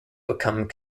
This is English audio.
become